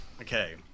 Okay